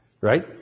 Right